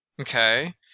Okay